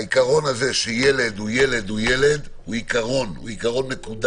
העיקרון שילד הוא ילד הוא ילד, הוא עיקרון מקודש.